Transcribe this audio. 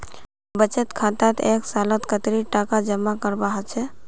बचत खातात एक सालोत कतेरी टका जमा करवा होचए?